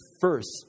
first